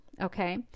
okay